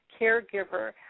caregiver